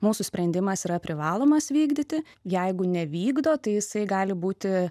mūsų sprendimas yra privalomas vykdyti jeigu nevykdo tai jisai gali būti